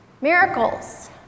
Miracles